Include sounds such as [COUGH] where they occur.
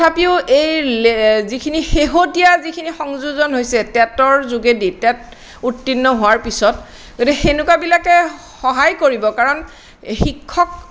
তথাপিও এই [UNINTELLIGIBLE] যিখিনি শেহতীয়া যিখিনি সংযোজন হৈছে টেটৰ যোগেদি টেট উত্তীৰ্ণ হোৱাৰ পিছত গতিকে সেনেকুৱাবিলাকে সহায় কৰিব কাৰণ শিক্ষক